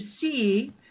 see